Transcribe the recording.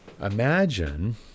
Imagine